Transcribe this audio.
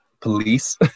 police